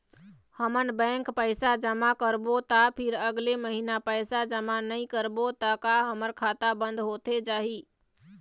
हमन बैंक पैसा जमा करबो ता फिर अगले महीना पैसा जमा नई करबो ता का हमर खाता बंद होथे जाही?